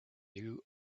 you